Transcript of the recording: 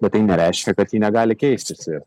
bet tai nereiškia kad ji negali keistis ir